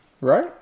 Right